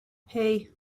hey